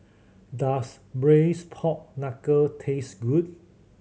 does Braised Pork Knuckle taste good